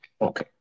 Okay